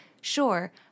sure